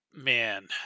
Man